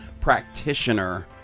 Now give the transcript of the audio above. practitioner